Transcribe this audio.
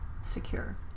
secure